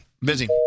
busy